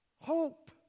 Hope